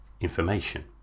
information